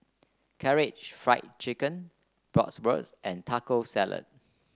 Karaage Fried Chicken Bratwurst and Taco Salad